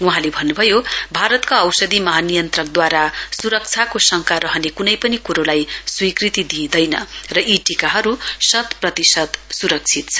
वहाँले भन्न्भयो भारतको औषधि महानियन्त्रकले सुरक्षाको शङ्का रहने कुनै पनि कुरोलाई स्वीकृति दिँइदै र यी टीकाहरू शतप्रतिशत स्रक्षित छन्